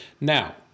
Now